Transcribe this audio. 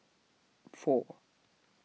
four